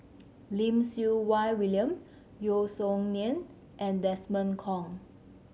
Lim Siew Wai William Yeo Song Nian and Desmond Kon